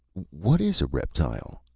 what is a reptile?